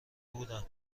بودم